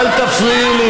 אל תפריעי לי,